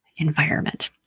environment